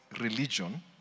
religion